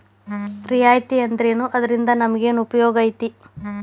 ರಿಯಾಯಿತಿ ಅಂದ್ರೇನು ಅದ್ರಿಂದಾ ನಮಗೆನ್ ಉಪಯೊಗೈತಿ?